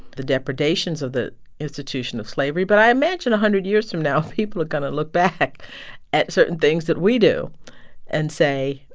the depredations of the institution of slavery but i imagine, one hundred years from now, people are going to look back at certain things that we do and say,